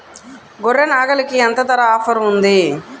గొర్రె, నాగలికి ఎంత ధర ఆఫర్ ఉంది?